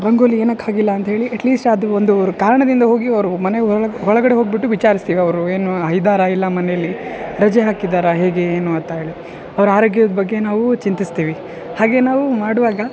ರಂಗೋಲಿ ಏನಕ್ಕೆ ಹಾಕಿಲ್ಲ ಅಂಥೇಳಿ ಎಟ್ ಲೀಸ್ಟ್ ಅದು ಒಂದು ಕಾರಣದಿಂದ ಹೋಗಿ ಅವರು ಮನೆ ಒಳ ಒಳಗಡೆ ಹೋಗಿಬಿಟ್ಟು ವಿಚಾರಿಸ್ತೀವಿ ಅವರು ಏನು ಇದಾರೋ ಇಲ್ಲ ಮನೆಲ್ಲಿ ರಜೆ ಹಾಕಿದ್ದಾರಾ ಹೇಗೆ ಏನು ಅಂತ ಹೇಳಿ ಅವ್ರ ಆರೋಗ್ಯದ ಬಗ್ಗೆ ನಾವು ಚಿಂತಿಸ್ತೀವಿ ಹಾಗೆ ನಾವು ಮಾಡುವಾಗ